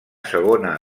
segona